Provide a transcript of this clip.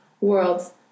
worlds